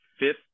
fifth